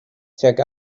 tuag